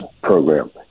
program